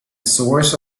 source